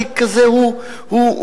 תיק כזה הוא נכס,